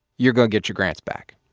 you're going to get your grants back